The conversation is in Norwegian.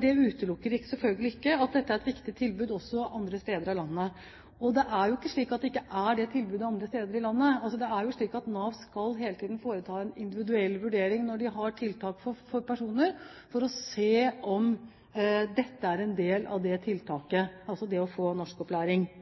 Det utelukker selvfølgelig ikke at dette er et viktig tilbud også andre steder i landet. Det er jo ikke slik at det ikke er det tilbudet andre steder i landet. Nav skal hele tiden foreta en individuell vurdering når det gjelder tiltak for personer, for å se om norskopplæring kan være en del av det tiltaket. Så er vi vel enige om at det er ønskelig å